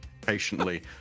patiently